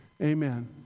Amen